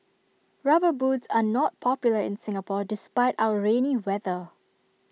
rubber boots are not popular in Singapore despite our rainy weather